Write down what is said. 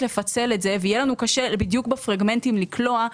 לפצל זאת ויהיה לנו קשה בפרגמנטים לקלוע,